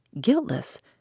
Guiltless